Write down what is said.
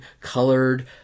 colored